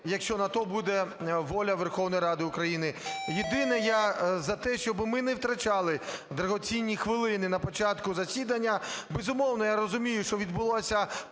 якщо на те буде воля Верховної Ради України. Єдине, я за те, щоби ми не втрачали дорогоцінні хвилини на початку засідання. Безумовно, я розумію, що відбулася